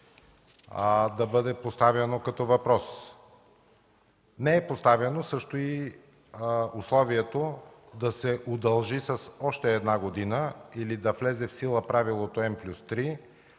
да е бил поставен като въпрос. Не е поставяно също и условието да се удължи с още една година или да влезе в сила правилото „N+3”